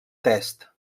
text